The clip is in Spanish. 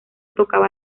tocaba